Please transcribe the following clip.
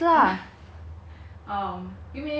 no no no no no it's very easy